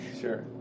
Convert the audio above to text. Sure